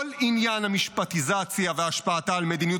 כל עניין המשפטיזציה והשפעתה על מדיניות